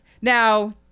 Now